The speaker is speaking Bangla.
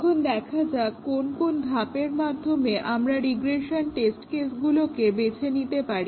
এখন দেখা যাক কোন কোন ধাপের মাধ্যমে আমরা রিগ্রেশন টেস্ট কেসগুলোকে বেছে নিতে পারি